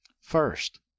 First